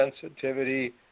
sensitivity